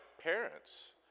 parents